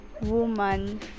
woman